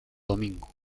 domingo